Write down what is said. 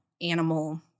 animal